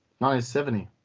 1970